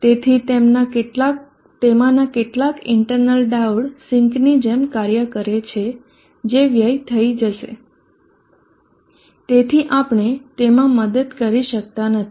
તેથી તેમાંના કેટલાક ઇન્ટરનલ ડાયોડ સિંકની જેમ કાર્ય કરે છે જે વ્યય થઈ જશે તેથી આપણે તેમાં મદદ કરી શકતા નથી